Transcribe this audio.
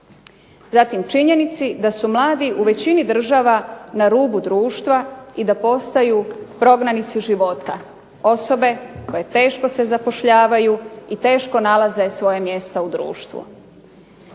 Zatim činjenici da su mladi u većini država na rubu društva i da postaju prognanici života, osobe koje se teško zapošljavaju i teško nalaze svoje mjesto u društvu.